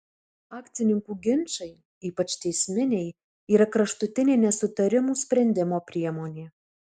akcininkų ginčai ypač teisminiai yra kraštutinė nesutarimų sprendimo priemonė